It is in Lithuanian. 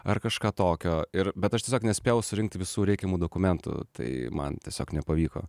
ar kažką tokio ir bet aš tiesiog nespėjau surinkti visų reikiamų dokumentų tai man tiesiog nepavyko